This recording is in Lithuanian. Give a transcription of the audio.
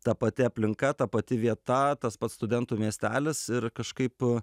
ta pati aplinka ta pati vieta tas pats studentų miestelis ir kažkaip